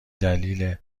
دلیل